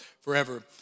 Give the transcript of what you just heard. forever